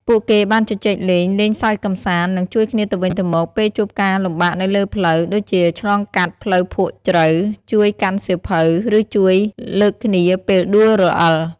ពួកគេបានជជែកលេង លេងសើចកម្សាន្ត និង ជួយគ្នាទៅវិញទៅមក ពេលជួបការលំបាកនៅលើផ្លូវ ដូចជាឆ្លងកាត់ផ្លូវភក់ជ្រៅ ជួយកាន់សៀវភៅ ឬជួយលើកគ្នាពេលដួលរអិល។